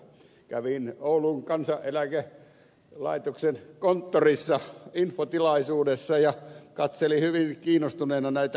kävin kansaneläkelaitoksen oulun konttorissa infotilaisuudessa ja katselin hyvin kiinnostuneena näitä asiakastyytyväisyystilastoja